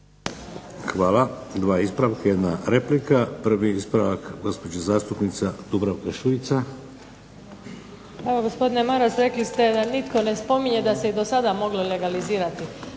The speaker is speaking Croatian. Hvala. Dva ispravka, jedna replika. Prvi ispravak gospođa zastupnica Dubravka Šuica. **Šuica, Dubravka (HDZ)** Evo gospodine Maras rekli ste da nitko ne spominje da se i do sada moglo legalizirati.